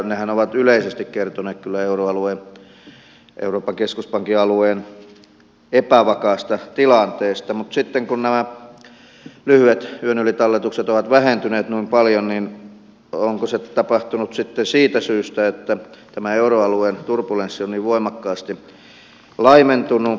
nehän ovat yleisesti kertoneet kyllä euroopan keskuspankin alueen epävakaasta tilanteesta mutta sitten kun nämä lyhyet yön yli talletukset ovat vähentyneet noin paljon niin onko se tapahtunut siitä syystä että tämä euroalueen turbulenssi on niin voimakkaasti laimentunut